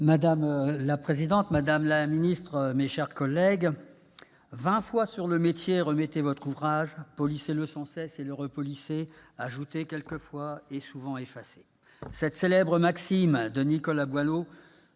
Madame la présidente, madame la ministre, mes chers collègues, « vingt fois sur le métier remettez votre ouvrage : polissez-le sans cesse et le repolissez ; ajoutez quelquefois, et souvent effacez », cette célèbre maxime de Boileau